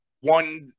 One